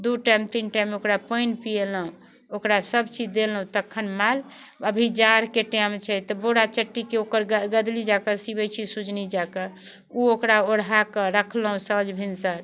दुइ टाइम तीन टाइम ओकरा पानि पिएलहुँ ओकरा सबचीज देलहुँ तखन माल अभी जाड़के टाइम छै तऽ बोरा चट्टीके ओ गदनी जकर सिबै छिए सुजनी जकर ओ ओकरा ओढ़ाके ओकरा रखलहुँ साँझ भिनसर